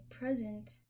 present